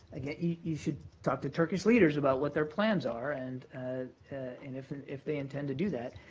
you should talk to turkish leaders about what their plans are and ah and if and if they intend to do that.